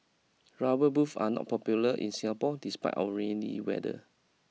rubber booth are not popular in Singapore despite our rainy weather